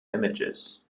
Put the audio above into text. images